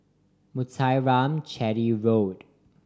Muthuraman Chetty Road